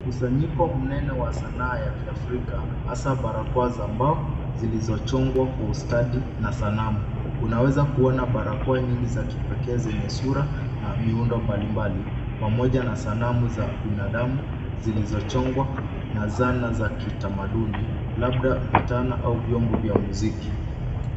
Mkusanyiko mnene wa sanaa ya kiafrika, hasa barakoa za mbao, zilizochongwa kwa ustadi na sanamu. Unaweza kuona barakoa nyingi za kipekee, zenye sura na miundo mbalimbali, pamoja na sanamu za binadamu, zilizochongwa na zana za kitamaduni, labda vitana au vyombo vya muziki.